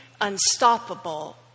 unstoppable